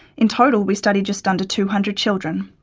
in total we studied just under two hundred children.